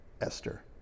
Esther